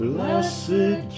Blessed